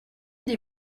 des